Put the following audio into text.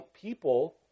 people